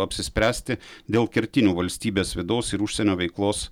apsispręsti dėl kertinių valstybės vidaus ir užsienio veiklos